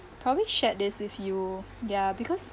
probably shared this with you ya because